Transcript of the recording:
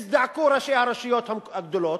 הזדעקו ראשי הרשויות הגדולות,